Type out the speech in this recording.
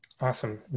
Awesome